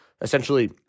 essentially